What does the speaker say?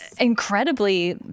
incredibly